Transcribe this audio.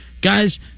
Guys